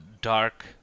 dark